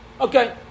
Okay